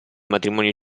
matrimonio